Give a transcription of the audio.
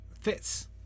fits